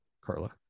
Carla